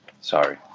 Sorry